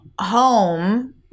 home